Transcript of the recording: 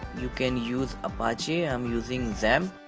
you can use apache. i'm using xampp.